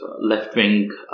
left-wing